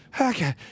Okay